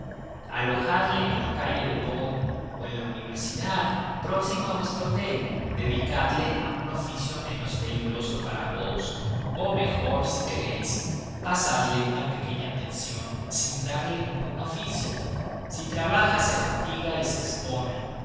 alojadle en la calle de beaune o en la de la universidad próximo a vuestro hotel dedicadle a un oficio menos peligroso para vos o mejor si queréis pasadle una pequeña pensión sin darle ningún oficio si trabaja se fatiga y se expone